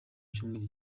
cyumweru